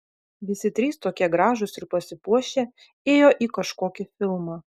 visi trys tokie gražūs ir pasipuošę ėjo į kažkokį filmą